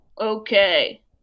Okay